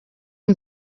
him